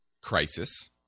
crisis